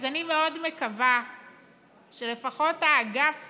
אז אני מאוד מקווה שלפחות האגף